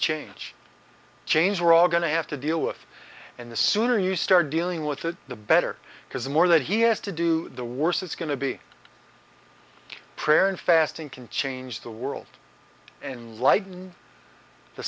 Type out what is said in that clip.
change change we're all going to have to deal with and the sooner you start dealing with it the better because the more that he has to do the worse it's going to be prayer and fasting can change the world and like the